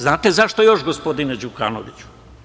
Znate zašto još, gospodine Đukanoviću?